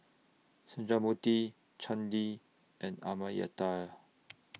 Sundramoorthy Chandi and Amartya